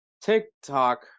TikTok